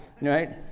right